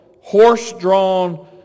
horse-drawn